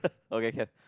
okay can